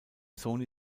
sony